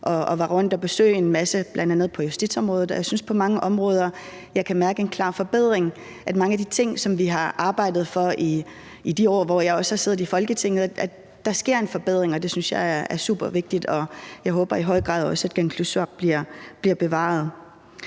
jeg var rundt og besøge en masse, bl.a. på justitsområdet, og jeg synes på mange områder, at jeg kan mærke en klar forbedring af mange af de ting, som vi har arbejdet for i de år, hvor jeg også har siddet i Folketinget. Der sker en forbedring, og det synes jeg er supervigtigt, og jeg håber i høj grad også, at Kangerlussuaq bliver bevaret.